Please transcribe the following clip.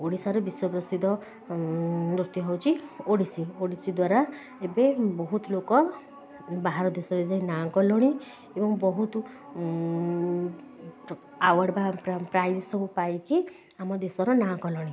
ଓଡ଼ିଶାର ବିଶ୍ଵ ପ୍ରସିଦ୍ଧ ନୃତ୍ୟ ହେଉଛି ଓଡ଼ିଶୀ ଓଡ଼ିଶୀ ଦ୍ଵାରା ଏବେ ବହୁତ ଲୋକ ବାହାର ଦେଶରେ ଯାଇ ନାଁ କଲେଣି ଏବଂ ବହୁତ ପ୍ର ଆୱାର୍ଡ଼ ପ୍ରାଇଜ୍ ସବୁ ପାଇକି ଆମ ଦେଶର ନାଁ କଲେଣି